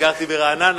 זה מפני שגרתי ברעננה,